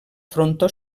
frontó